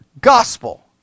Gospel